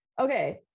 Okay